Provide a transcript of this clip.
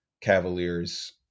Cavaliers